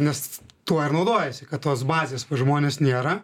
nes tuo ir naudojasi kad tos bazės pas žmones nėra